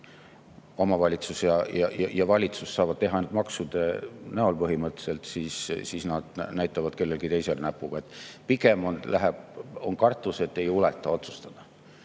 omavalitsus ja valitsus saavad teha ainult maksude kogumisega põhimõtteliselt, siis nad näitavad kellelegi teisele näpuga. Pigem on kartus, et ei juleta otsustada,